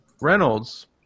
Reynolds